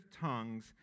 tongues